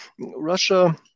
Russia